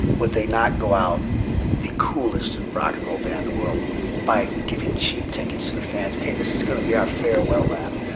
would they not go out the coolest rock n and roll band in the world by giving cheap tickets to their fans? hey, this is going to be our farewell lap.